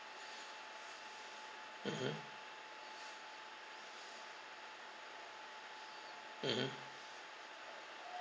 mmhmm mmhmm